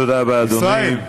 תודה רבה, אדוני.